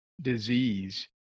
disease